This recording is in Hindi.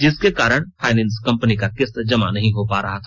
जिसके कारण फाइनेंस कंपनी का किस्त जमा नहीं हो पा रहा था